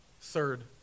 Third